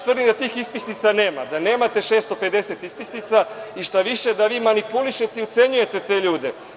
Tvrdim da tih ispisnica nema, da nemate 650 ispisnica i šta više da vi manipulišete i ucenjujete te ljude.